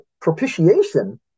propitiation